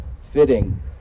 fitting